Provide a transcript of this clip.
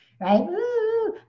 right